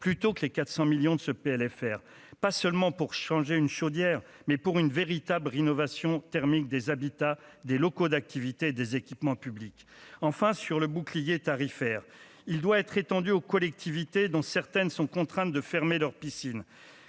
plutôt que les 400 millions de ce PLFR pas seulement pour changer une chaudière, mais pour une véritables rénovation thermique des habitats, des locaux d'activité des équipements publics, enfin, sur le bouclier tarifaire, il doit être étendu aux collectivités, dont certaines sont contraintes de fermer leurs piscines